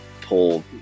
pull